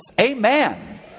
Amen